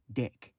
dick